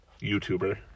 YouTuber